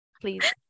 please